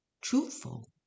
truthful